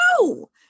no